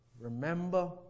Remember